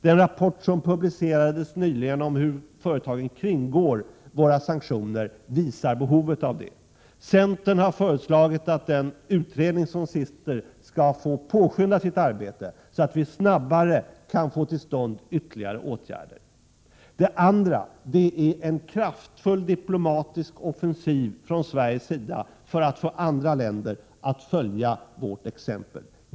Den rapport som nyligen publicerades om hur företagen kringgår våra sanktioner visar behovet av det. Centern har föreslagit att den utredning som finns skall påskynda sitt arbete, så att vi snabbare kan få till stånd ytterligare åtgärder. Vi måste för det andra från Sveriges sida göra en kraftfull diplomatisk offensiv för att få andra länder att följa vårt exempel.